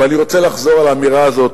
ואני רוצה לחזור על האמירה הזאת